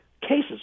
cases